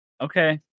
Okay